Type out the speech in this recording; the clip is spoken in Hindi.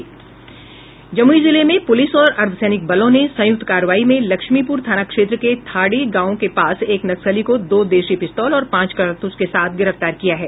जमुई जिले में पुलिस और अर्द्वसैनिक बलों ने संयुक्त कार्रवाई में लक्ष्मीपुर थाना क्षेत्र के थाढ़ी गांव के पास एक नक्सली को दो देशी पिस्तौल और पांच कारतूस के साथ गिरफ्तार किया है